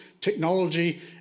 technology